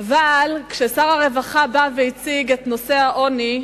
כששר הרווחה בא והציג את נושא העוני,